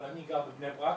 אבל אני גר בבני ברק,